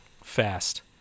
fast